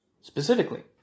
specifically